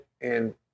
and-